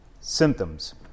symptoms